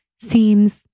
seems